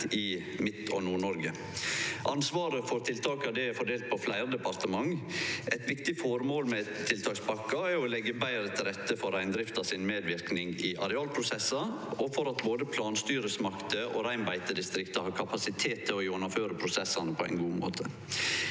i Midt- og NordNoreg. Ansvaret for tiltaka er fordelt på fleire departement. Eit viktig føremål med tiltakspakka er å leggje betre til rette for medverknad frå reindrifta i arealprosessar, og for at både planstyresmakter og reinbeitedistrikt har kapasitet til å gjennomføre prosessane på ein god måte.